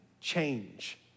change